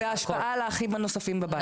וההשפעה על האחים הנוספים בבית.